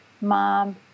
Mom